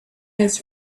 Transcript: his